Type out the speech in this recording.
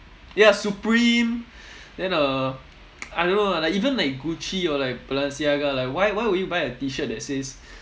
ya supreme then uh I don't know ah like even like gucci or like balenciaga like why why would you buy a T-shirt that says